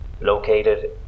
located